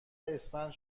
اسفندماه